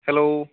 hello